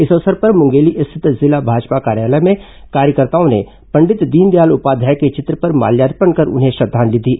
इस अवसर पर मुंगेली स्थित जिला भाजपा कार्यालय में कार्यकर्ताओं ने पंडित दीनदयाल उपाध्याय के चित्र पर माल्यार्पण कर उन्हें श्रद्धांजलि दी